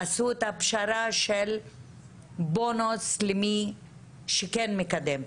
עשו את הפשרה של בונוס למי שכן מקדם.